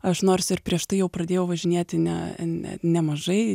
aš nors ir prieš tai jau pradėjau važinėti ne ne nemažai